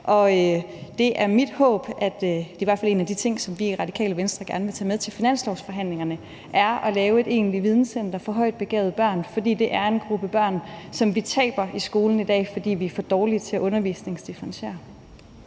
en af de ting, som vi i Radikale Venstre gerne vil tage med til finanslovsforhandlingerne – at vi kan lave et egentligt videncenter for højt begavede børn, for det er en gruppe børn, som vi taber i skolen i dag, fordi vi er for dårlige til at undervisningsdifferentiere.